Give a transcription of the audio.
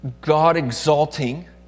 God-exalting